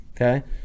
okay